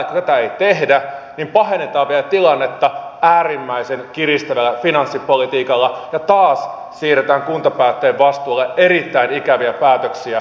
kun tätä ei tehdä niin pahennetaan vielä tilannetta äärimmäisen kiristävällä finanssipolitiikalla ja taas siirretään kuntapäättäjien vastuulle erittäin ikäviä päätöksiä